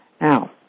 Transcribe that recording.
Now